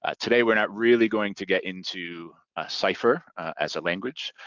ah today we're not really going to get into cypher as a language,